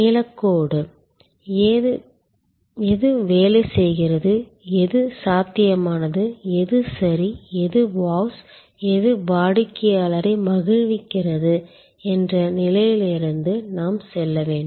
நீலக் கோடு எது வேலை செய்கிறது எது சாத்தியமானது எது சரி எது வாவ்ஸ் எது வாடிக்கையாளரை மகிழ்விக்கிறது என்ற நிலையிலிருந்து நாம் செல்ல வேண்டும்